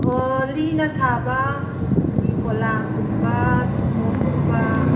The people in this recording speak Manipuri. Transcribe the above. ꯑꯣ ꯂꯤꯅ ꯁꯥꯕ ꯑꯩꯈꯣꯏꯒꯤ ꯄꯣꯂꯥꯡꯒꯨꯝꯕ ꯊꯨꯝꯃꯣꯛ ꯀꯨꯝꯕ